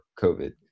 COVID